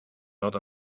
not